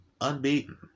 unbeaten